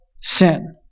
sin